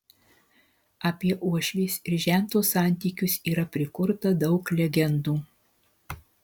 apie uošvės ir žento santykius yra prikurta daug legendų